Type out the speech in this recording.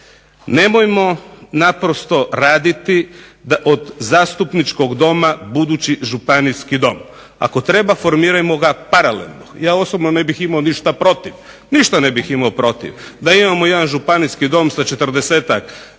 Nemojmo naprosto raditi od zastupničkog doma budući županijski dom, ako treba formirajmo ga paralelno, ja osobno ne bih imao ništa protiv, ništa ne bih imao protiv, da imamo jedan županijski dom sa 40-ak